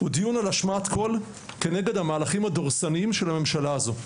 מדובר בהשמעת קול כנגד המהלכים הדורסניים של הממשלה הזו.